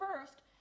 first